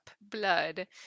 blood